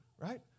right